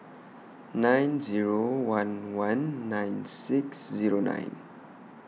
nine Zero one one nine six Zero nine